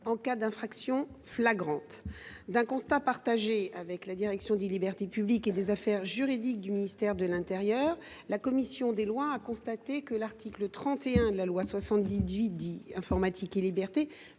en cas d’infractions flagrantes. Or, tout comme la direction des libertés publiques et des affaires juridiques (DLPAJ) du ministère de l’intérieur, la commission des lois a constaté que l’article 31 de la loi Informatique et libertés